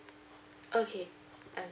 okay I'm